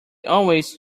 always